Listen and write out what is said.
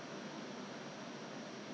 that was so early right at that time